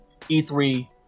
E3